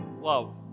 love